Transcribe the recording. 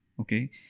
Okay